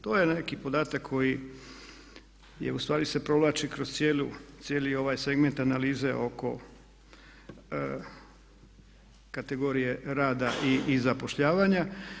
TO je neki podatak koji je ustvari se provlači kroz cijeli ovaj segment analize oko kategorije rada i zapošljavanja.